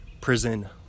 prison